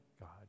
God